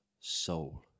soul